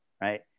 right